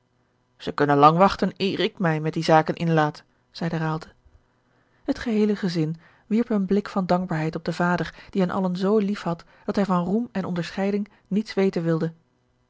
zij kunnen lang wachten eer ik mij met die zaken inlaat zeide raalte het geheele gezin wierp een blik van dankbaarheid op den vader george een ongeluksvogel die hen allen zoo lief had dat hij van roem en onderscheiding niets weten wilde